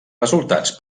resultats